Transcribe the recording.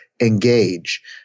engage